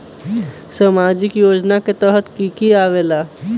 समाजिक योजना के तहद कि की आवे ला?